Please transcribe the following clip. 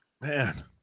Man